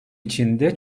içinde